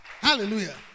Hallelujah